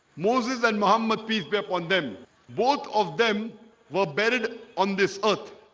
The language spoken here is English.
moses and muhammad peace be upon them both of them were buried on this earth